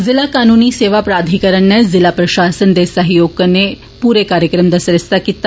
जिला कनूनी सेवा प्राधीकरण नै ज़िला प्रशासन दे सहयोग कन्नै पूरे कार्यक्रम दा सरिस्ता कीता